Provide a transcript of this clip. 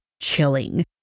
chilling